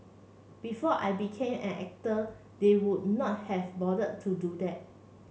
before I became an actor they would not have bothered to do that